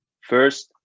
first